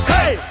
Hey